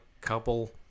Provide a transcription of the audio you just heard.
couple